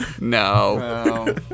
No